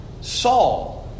Saul